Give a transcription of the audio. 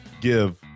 give